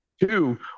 two